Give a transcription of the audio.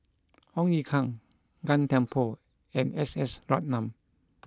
Ong Ye Kung Gan Thiam Poh and S S Ratnam